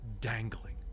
dangling